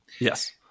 Yes